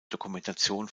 dokumentation